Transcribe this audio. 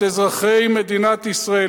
את אזרחי מדינת ישראל,